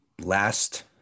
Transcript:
last